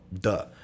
duh